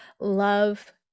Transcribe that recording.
love